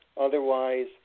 Otherwise